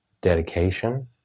Dedication